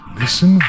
listen